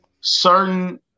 certain